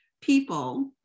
people